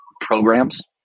programs